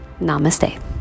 Namaste